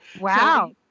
Wow